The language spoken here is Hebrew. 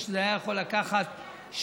או שזה היה יכול לקחת שנתיים,